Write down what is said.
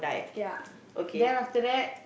ya then after that